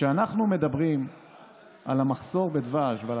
כשאנחנו מדברים על המחסור בדבש ועל